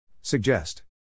Suggest